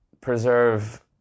preserve